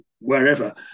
wherever